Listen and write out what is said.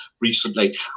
recently